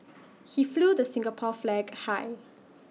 he flew the Singapore flag high